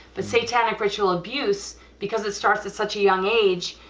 the satanic ritual abuse because it starts at such a young age,